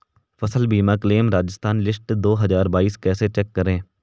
फसल बीमा claim Rajasthan list दो हज़ार बाईस कैसे चेक करें?